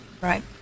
right